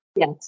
Yes